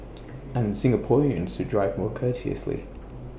and Singaporeans should drive more courteously